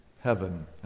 heaven